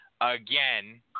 again